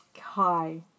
hi